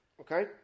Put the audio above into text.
okay